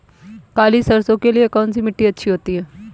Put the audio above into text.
काली सरसो के लिए कौन सी मिट्टी अच्छी होती है?